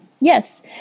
Yes